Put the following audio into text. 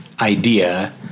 Idea